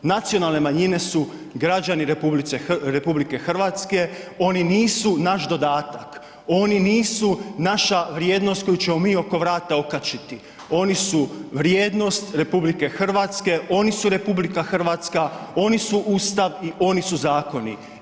Nacionalne manjine su građani RH, oni nisu naš dodatak, oni nisu naša vrijednost koju ćemo mi oko vrata okačiti, oni su vrijednost RH, oni su RH, oni su Ustav i oni su zakoni.